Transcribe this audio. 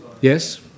Yes